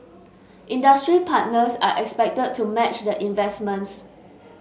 industry partners are expected to match the investments